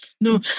No